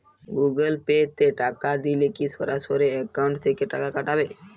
Google Pay তে টাকা দিলে কি সরাসরি অ্যাকাউন্ট থেকে টাকা কাটাবে?